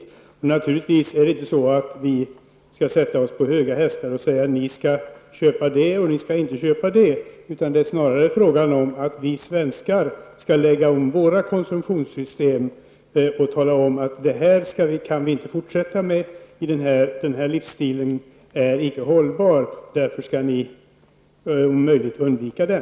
Vi skall naturligtvis inte sätta oss på höga hästar och säga vad de skall köpa och inte köpa, utan det är snarare fråga om att vi svenskar skall lägga om våra konsumtionssystem och tala om att vi inte kan fortsätta med den här livsstilen, eftersom den icke är hållbar. Därför bör man i dessa länder om möjligt undvika den.